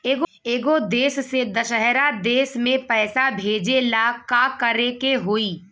एगो देश से दशहरा देश मे पैसा भेजे ला का करेके होई?